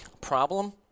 problem